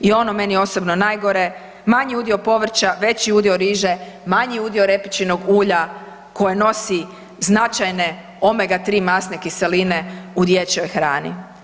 I ono meni osobno najgore, manji udio povrća, veći udio riže, manji udio repičinog ulja koje nosi značajne omega 3 masne kiseline u dječjoj hrani.